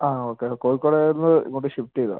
ആ ഓക്കെ കോഴിക്കോട് ആയിരുന്നു ഇങ്ങോട്ട് ഷിഫ്റ്റ് ചെയ്തതാ